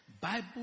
Bible